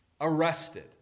arrested